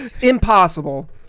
Impossible